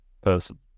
person